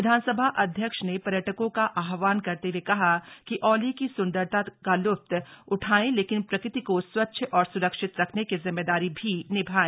विधानसभा अध्यक्ष ने पर्यटकों का आहवान करते हए कहा कि औली की संदरता का लुफ्त उठाए लेकिन प्रकृति को स्वच्छ और स्रक्षित रखने की जिम्मेदारी भी निभाए